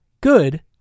good